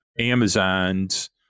Amazon's